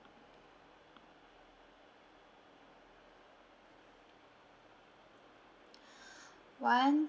one